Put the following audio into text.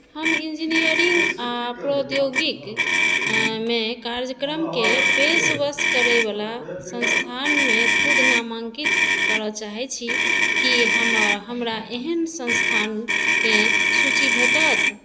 हम इन्जीनियरिंग आ प्रौद्योगिकमे कार्यक्रमके पेशकश करय वला संस्थानमे खुद नामाङ्कित करय चाहैत छी की हम हमरा एहन संस्थानके सूची भेटत